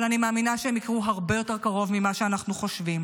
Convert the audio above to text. אבל אני מאמינה שהן יקרו הרבה יותר קרוב ממה שאנחנו חושבים.